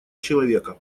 человека